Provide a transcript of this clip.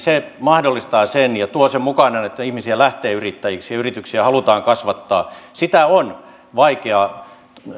mahdollistaa sen ja tuo mukanaan sen että ihmisiä lähtee yrittäjiksi ja yrityksiä halutaan kasvattaa sitä on vaikea